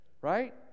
Right